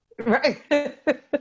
Right